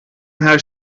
her